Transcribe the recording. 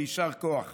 יישר כוח.